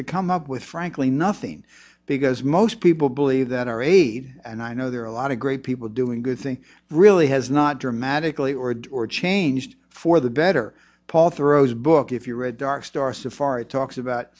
to come up with frankly nothing because most people believe that our aid and i know there are a lot of great people doing a good thing really has not dramatically ordered or changed for the better paul throws book if you read dark star safari talks about